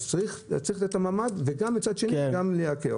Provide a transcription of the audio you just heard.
אז צריך לנצל את המעמד, ומצד שני גם לייקר.